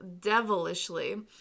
devilishly